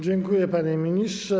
Dziękuję, panie ministrze.